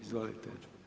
Izvolite.